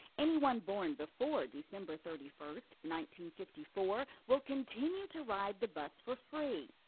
anyone born before december thirty first, nineteen fifty four, will continue to ride the bus for free.